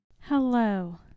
Hello